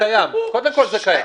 קודם כול זה קיים.